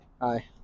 Hi